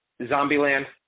Zombieland